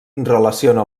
relaciona